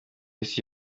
isi